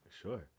sure